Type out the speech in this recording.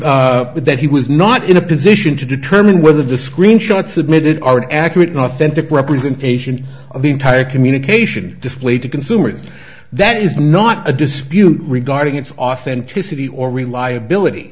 way that he was not in a position to determine whether the screen shot submitted are accurate authentic representation of the entire communication displayed to consumers and that is not a dispute regarding its authenticity or reliability